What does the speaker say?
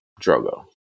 Drogo